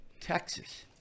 texas